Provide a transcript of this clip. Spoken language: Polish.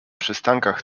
przystankach